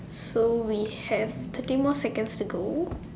so we have thirty more seconds to go